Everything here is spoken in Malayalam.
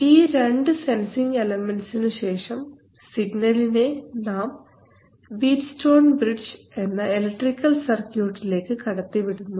ഈ രണ്ട് സെൻസിങ് എലമെൻറ്സിനു ശേഷം സിഗ്നലിനെ നാം വീറ്റ്സ്റ്റോൺ ബ്രിഡ്ജ് എന്ന ഇലക്ട്രിക്കൽ സർക്യൂട്ടിലേക്ക് ലേക്ക് കടത്തിവിടുന്നു